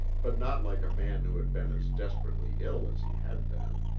but not like a man who had been as desperately ill as he had been.